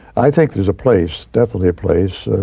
i think there's a place, definitely a place,